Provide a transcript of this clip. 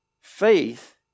Faith